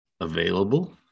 available